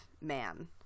man